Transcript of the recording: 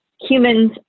humans